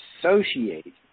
associate